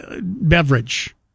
beverage